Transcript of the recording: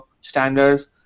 standards